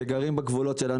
שגרים בגבולות שלנו,